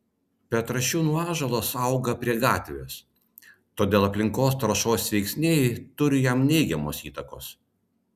petrašiūnų ąžuolas auga prie gatvės todėl aplinkos taršos veiksniai turi jam neigiamos įtakos